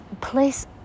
place